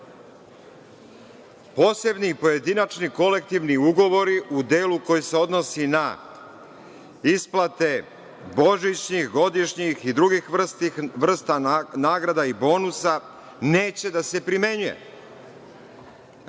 posebni, pojedinačni kolektivni ugovori u delu koji se odnosi na isplate božićnih, godišnjih i drugih vrsta nagrada i bonusa neće da se primenjuje. Eto,